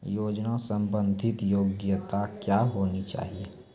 योजना संबंधित योग्यता क्या होनी चाहिए?